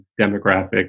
demographic